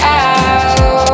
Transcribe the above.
out